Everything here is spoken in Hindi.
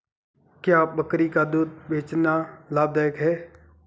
क्या बकरी का दूध बेचना लाभदायक है?